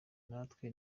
natwe